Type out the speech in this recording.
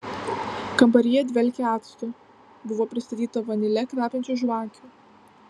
kambaryje dvelkė actu buvo pristatyta vanile kvepiančių žvakių